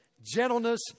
gentleness